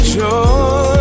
joy